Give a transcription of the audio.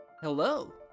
Hello